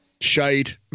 Shite